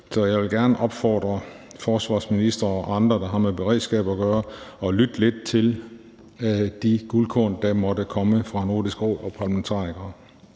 så jeg vil gerne opfordre forsvarsministre og andre, der har med beredskab at gøre, til at lytte lidt til de guldkorn, der måtte komme fra Nordisk Råd og parlamentarikere.